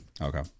Okay